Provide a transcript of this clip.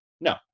No